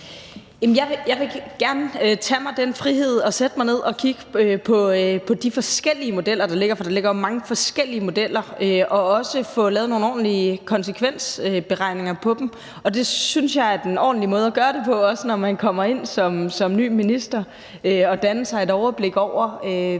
Jeg vil gerne tage mig den frihed at sætte mig ned og kigge på de forskellige modeller, der ligger – for der ligger jo mange forskellige modeller – og også få lavet nogle ordentlige konsekvensberegninger på dem. Det synes jeg er den ordentlige måde at gøre det på, også når man kommer ind som ny minister, altså at danne sig et overblik over,